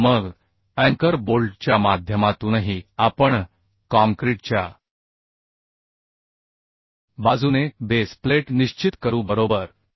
आणि मग अँकर बोल्टच्या माध्यमातूनही आपण काँक्रीटच्या बाजूने बेस प्लेट निश्चित करू बरोबर